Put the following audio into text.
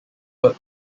work